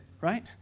right